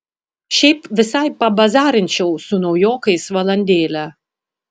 šiaip visai pabazarinčiau su naujokais valandėlę